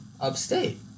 upstate